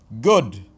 Good